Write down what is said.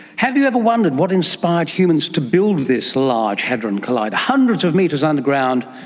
have you ever wondered what inspired humans to build this large hadron collider, hundreds of metres underground,